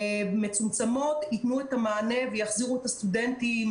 מצומצמות ייתנו את המענה ויחזירו את הסטודנטים,